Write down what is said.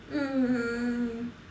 mm